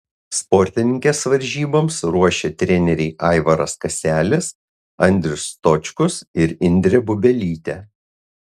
sportininkes varžyboms ruošė treneriai aivaras kaselis andrius stočkus ir indrė bubelytė